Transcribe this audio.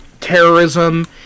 terrorism